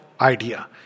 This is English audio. idea